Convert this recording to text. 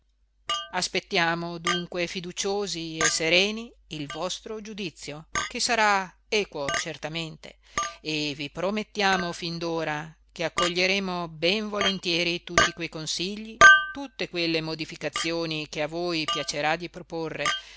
aspettiamo dunque fiduciosi e sereni il vostro giudizio che sarà equo certamente e vi promettiamo fin d'ora che accoglieremo ben volentieri tutti quei consigli tutte quelle modificazioni che a voi piacerà di proporre